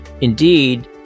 Indeed